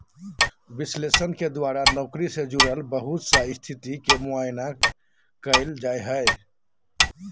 विश्लेषण के द्वारा नौकरी से जुड़ल बहुत सा स्थिति के मुआयना कइल जा हइ